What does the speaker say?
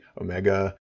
Omega